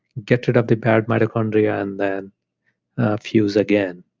get rid of the bad mitochondria and then fuse again.